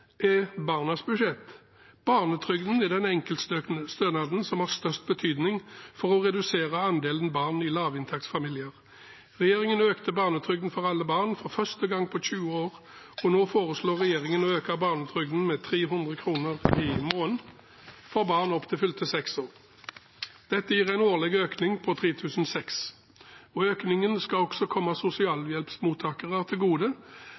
er barnas budsjett. Barnetrygden er den enkeltstønaden som har størst betydning for å redusere andelen barn i lavinntektsfamilier. Regjeringen økte barnetrygden for alle barn for første gang på 20 år, og nå foreslår regjeringen å øke barnetrygden med 300 kr i måneden for barn opp til fylte seks år. Dette gir en årlig økning på 3 600 kr, og økningen skal også komme sosialhjelpsmottakere til gode.